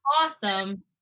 awesome